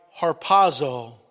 harpazo